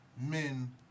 men